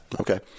Okay